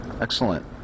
excellent